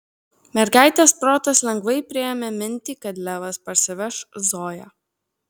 mergaitės protas lengvai priėmė mintį kad levas parsiveš zoją